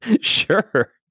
sure